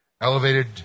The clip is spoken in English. elevated